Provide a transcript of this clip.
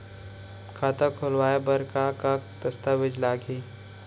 खाता खोलवाय बर का का दस्तावेज लागही?